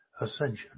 ascension